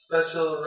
Special